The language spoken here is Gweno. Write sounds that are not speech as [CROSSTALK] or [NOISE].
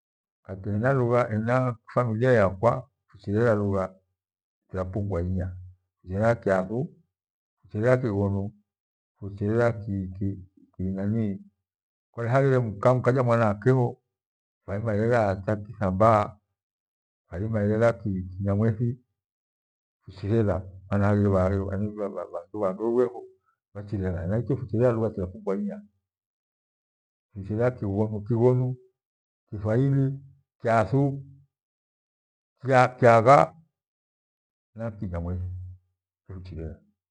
Katelanibwa familia ya kwa kuchelea lugha ya pughwa inya, ya kwaghu, kuchelea Kighonu kuchelea ki- ki- nani kwelahalele ni mwana akeho, [UNINTELLIGIBLE] Kithambaa, nahelela Ki- Kinyamwethi kuchelela [UNINTELLIGIBLE] na kuchelea lugha ya pughwa inya, kuchelea Kighonu, Kithwahili, Kyathu, Kyagha na Kinyamwethi.